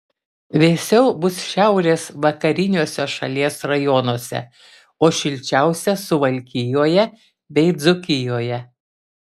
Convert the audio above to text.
vėsiau bus šiaurės vakariniuose šalies rajonuose o šilčiausia suvalkijoje bei dzūkijoje